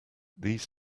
these